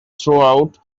throughout